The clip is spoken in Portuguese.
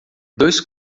dois